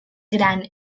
gran